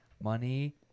Money